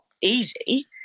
easy